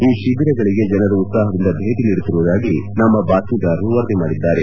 ಈ ಶಿಬಿರಗಳಿಗೆ ಜನರು ಉತ್ಪಾಹದಿಂದ ಭೇಟಿ ನೀಡುತ್ತಿರುವುದಾಗಿ ನಮ್ನ ಬಾತ್ಗೀದಾರರು ವರದಿ ಮಾಡಿದ್ದಾರೆ